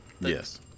Yes